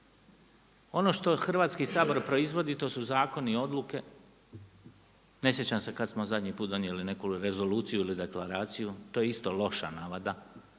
Ono što Hrvatski sabor proizvodi to su zakoni, odluke, ne sjećam se kada smo zadnji put donijeli neku rezoluciju ili deklaraciju, to je isto loša navada